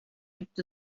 gibt